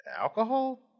alcohol